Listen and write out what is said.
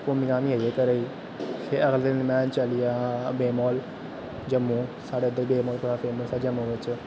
घुम्मी काम्मी आइया घरे गी फिर अगले दिन में चलिया वेबमाल जम्मू साढ़े उधर बड़ा फेम्स ऐ जम्मू बिच्च